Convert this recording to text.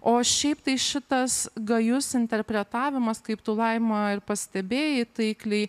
o šiaip tai šitas gajus interpretavimas kaip tu laima ir pastebėjai taikliai